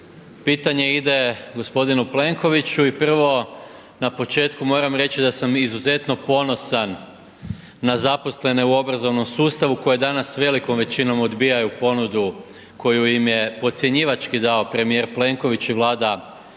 Pitanje ide g. Plenkoviću i prvo na početku moram reći da sam izuzetno ponosan na zaposlene u obrazovnom sustavu koji danas velikom većinom odbijaju ponudu koju im je podcjenjivački dao premijer Plenković i Vlada HDZ-a